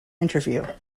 interview